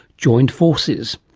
joined forces.